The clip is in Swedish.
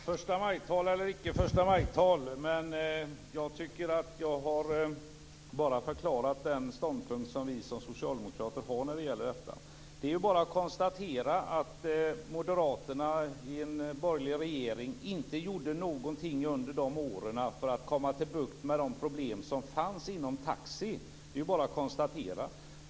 Fru talman! Förstamajtal eller icke förstamajtal, men jag tycker att jag bara har förklarat den ståndpunkt som vi socialdemokrater har när det gäller detta. Under den borgerliga regeringen gjorde inte moderaterna någonting för att få bukt med de problem som fanns inom taxi. Det är bara att konstatera.